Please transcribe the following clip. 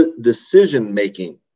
decision-making